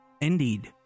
Indeed